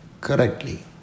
correctly